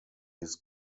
his